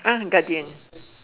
ah Guardian